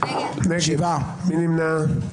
מי נמנע?